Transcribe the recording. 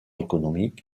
économique